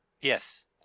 Yes